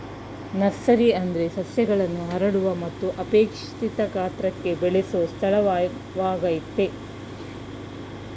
nursery ಅಂದ್ರೆ ಸಸ್ಯಗಳನ್ನು ಹರಡುವ ಮತ್ತು ಅಪೇಕ್ಷಿತ ಗಾತ್ರಕ್ಕೆ ಬೆಳೆಸೊ ಸ್ಥಳವಾಗಯ್ತೆ